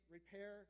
repair